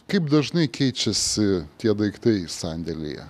kaip dažnai keičiasi tie daiktai sandėlyje